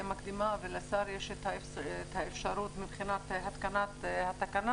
מקדימה ולשר יש את האפשרות להתקין תקנות,